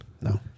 No